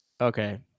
okay